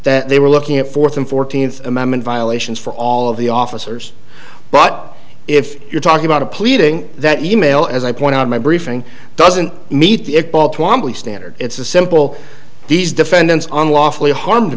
that they were looking at fourth and fourteenth amendment violations for all of the officers but if you're talking about a pleading that e mail as i point out my briefing doesn't meet the ball twamley standard it's a simple these defendants on lawfully harm